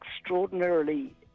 extraordinarily